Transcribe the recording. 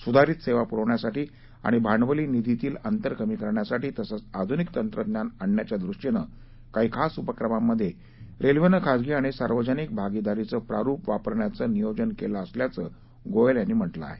सुधारित सेवा पुरवण्यासाठी आणि भांडवली निधीतील अंतर कमी करण्यासाठी तसेच आधूनिक तंत्रज्ञान आणण्याच्या दृष्टीनं काही खास उपक्रमांमध्ये रेल्वेनं खासगी आणि सार्वजनिक भागीदारीचं प्रारूप वापरण्याचे नियोजन केले असल्याचं गोयल यांनी म्हटलं आहे